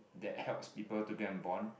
that helps people to go and bond